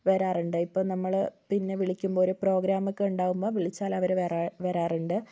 വരാറുണ്ട് ഇപ്പം നമ്മൾ പിന്നെ വിളിക്കുമ്പോൾ ഒരു പ്രോഗ്രാമൊക്കെ ഉണ്ടാകുമ്പോൾ വിളിച്ചാൽ അവർ വരാ വരാറുണ്ട്